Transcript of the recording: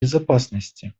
безопасности